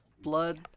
Blood